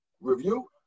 review